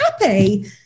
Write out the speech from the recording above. happy